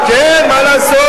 כן, מה לעשות?